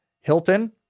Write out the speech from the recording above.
Hilton